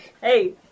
Hey